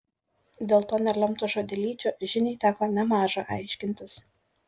dėl to nelemto žodelyčio žiniai teko nemaža aiškintis